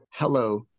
Hello